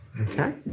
okay